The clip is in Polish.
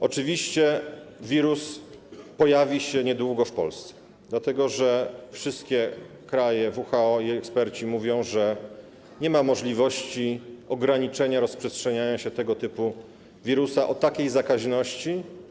Oczywiście wirus pojawi się niedługo w Polsce, dlatego że wszystkie kraje WHO i eksperci mówią, że nie ma możliwości ograniczenia rozprzestrzeniania się tego typu wirusa o takiej zakaźności.